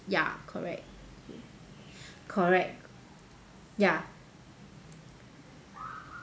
ya correct correct ya